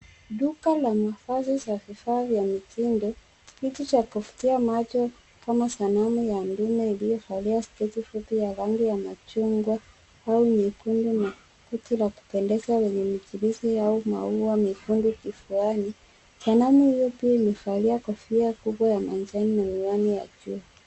Duka la mavazi za vifaa vya mitindo kitu cha kuvutia macho kama sanamu ya ndune iliyovalia sketi fupi ya rangi ya machungwa au nyekundu na koti la kupendeza lenye mijilisi au maua mekundu kifuani sanamu hiyo pia imevalia kofia kubwa ya manjani na miwani ya jua.